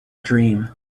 dream